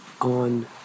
on